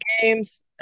games